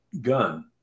gun